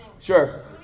Sure